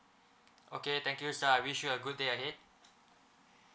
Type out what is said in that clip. okay thank you sir I wish you a good day ahead